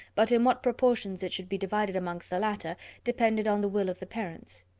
but in what proportions it should be divided amongst the latter depended on the will of the parents.